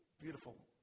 beautiful